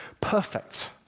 perfect